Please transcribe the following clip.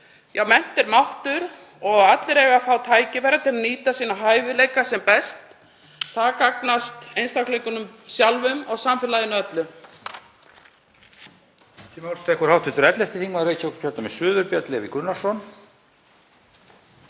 Mennt er máttur og allir eiga að fá tækifæri til að nýta hæfileika sína sem best. Það gagnast einstaklingunum sjálfum og samfélaginu öllu.